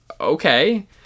okay